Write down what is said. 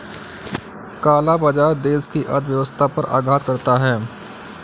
काला बाजार देश की अर्थव्यवस्था पर आघात करता है